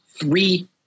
three